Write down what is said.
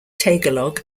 tagalog